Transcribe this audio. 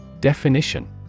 Definition